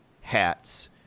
hats